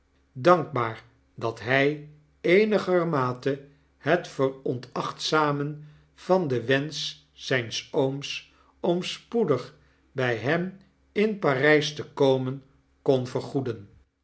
dankbaar dat hy eenigermatehetveronachtzamen van den wensch zyns ooms om spoedig by hen in par ys te komen kon vergoeden